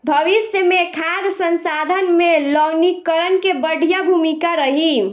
भविष्य मे खाद्य संसाधन में लवणीकरण के बढ़िया भूमिका रही